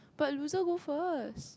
but loser go first